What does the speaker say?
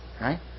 Right